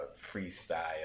freestyle